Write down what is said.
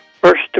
first